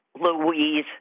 Louise